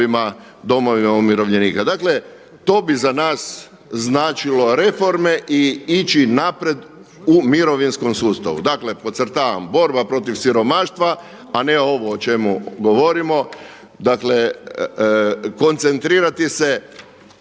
Dakle to bi za nas značilo reforme i ići naprijed u mirovinskom sustavu. Dakle, podcrtavam borba protiv siromaštva a ne ovo o čemu govorimo, dakle koncentrirati se